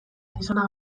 gizona